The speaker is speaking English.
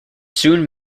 soon